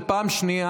זאת פעם שנייה.